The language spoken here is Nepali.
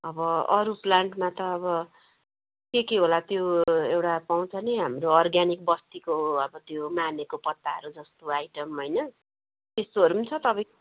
अब अरू प्लान्टमा त अब के के होला त्यो एउटा पाउँछ नि हाम्रो अर्गानिक बस्तीको अब त्यो मानेको पत्ताहरू जस्तो आइटम होइन त्यस्तोहरू छ तपाईँको